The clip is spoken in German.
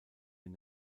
den